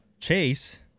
Chase